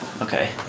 Okay